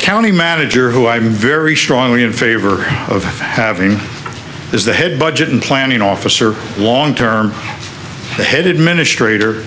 county manager who i am very strongly in favor of having is the head budget and planning officer long term the head administrator